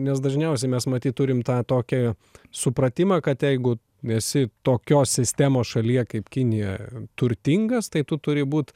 nes dažniausiai mes matyt turim tą tokį supratimą kad jeigu esi tokios sistemos šalyje kaip kinija turtingas tai tu turi būt